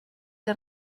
que